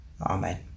Amen